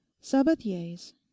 sabathier's